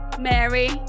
Mary